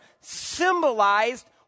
symbolized